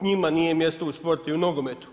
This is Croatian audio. Njima nije mjesto u sportu i nogometu.